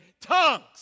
tongues